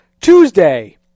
Tuesday